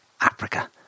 Africa